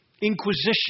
inquisition